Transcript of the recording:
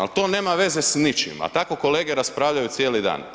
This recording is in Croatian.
Ali to nema veze s ničim, a tako kolege raspravljaju cijeli dan.